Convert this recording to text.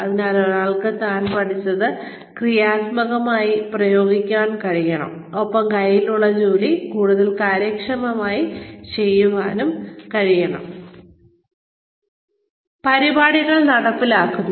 അതിനാൽ ഒരാൾക്ക് താൻ പഠിച്ചത് ക്രിയാത്മകമായി പ്രയോഗിക്കാൻ കഴിയണം ഒപ്പം കൈയിലുള്ള ജോലി കൂടുതൽ കാര്യക്ഷമമായി ചെയ്യാൻ കഴിയണം പരിപാടികൾ നടപ്പിലാക്കുന്നു